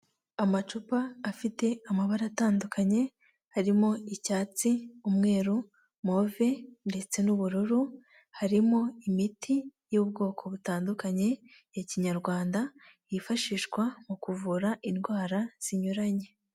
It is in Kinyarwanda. Amacupa afite amabara atandukanye harimo icyatsi, umweru, move ndetse n'ubururu, harimo imiti y'ubwoko butandukanye ya kinyarwanda yifashishwa mu kuvura indwara zinyuranye.